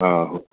অঁ